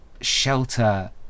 shelter